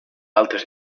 altres